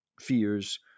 fears